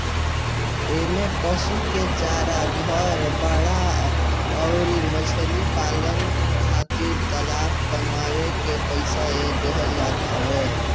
इमें पशु के चारा, घर, बाड़ा अउरी मछरी पालन खातिर तालाब बानवे के पईसा देहल जात हवे